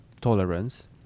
tolerance